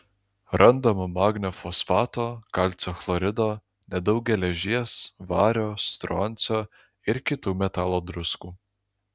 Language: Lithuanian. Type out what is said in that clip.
randama magnio fosfato kalcio chlorido nedaug geležies vario stroncio ir kitų metalo druskų